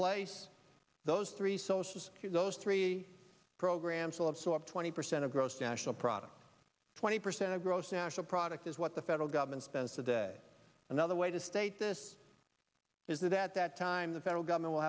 place those three social cues those three programs will have so up twenty percent of gross national product twenty percent of gross national product is what the federal government spends today another way to state this is that at that time the federal government will